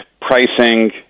pricing